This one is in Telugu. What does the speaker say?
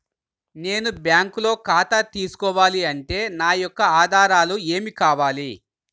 నేను బ్యాంకులో ఖాతా తీసుకోవాలి అంటే నా యొక్క ఆధారాలు ఏమి కావాలి?